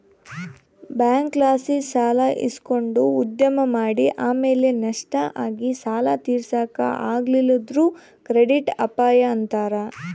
ಬ್ಯಾಂಕ್ಲಾಸಿ ಸಾಲ ಇಸಕಂಡು ಉದ್ಯಮ ಮಾಡಿ ಆಮೇಲೆ ನಷ್ಟ ಆಗಿ ಸಾಲ ತೀರ್ಸಾಕ ಆಗಲಿಲ್ಲುದ್ರ ಕ್ರೆಡಿಟ್ ಅಪಾಯ ಅಂತಾರ